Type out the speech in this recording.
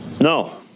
No